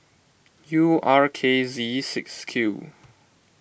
U R K Z six Q